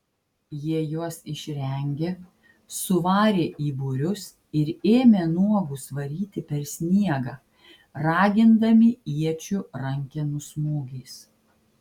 jie juos išrengė suvarė į būrius ir ėmė nuogus varyti per sniegą ragindami iečių rankenų smūgiais